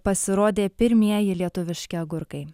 pasirodė pirmieji lietuviški agurkai